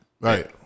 Right